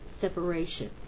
separation